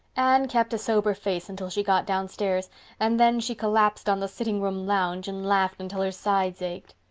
anne kept a sober face until she got downstairs and then she collapsed on the sitting room lounge and laughed until her sides ached.